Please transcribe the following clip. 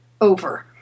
over